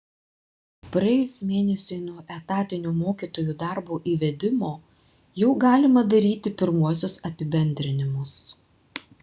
praėjus mėnesiui nuo etatinio mokytojų darbo įvedimo jau galima daryti pirmuosius apibendrinimus